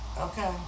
Okay